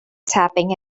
tapping